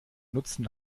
nutzen